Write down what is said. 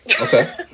okay